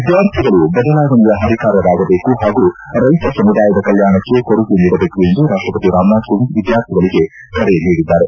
ವಿದ್ಲಾರ್ಥಿಗಳು ಬದಲಾವಣೆಯ ಪರಿಕಾರರಾಗದೇಕು ಹಾಗೂ ರೈತ ಸಮುದಾಯದ ಕಲ್ಲಾಣಕ್ಕೆ ಕೊಡುಗೆ ನೀಡಬೇಕು ಎಂದು ರಾಷ್ಟಪತಿ ರಾಮ್ನಾಥ್ ಕೋವಿಂದ್ ವಿದ್ಯಾರ್ಥಿಗಳಿಗೆ ಕರೆ ನೀಡಿದ್ದಾರೆ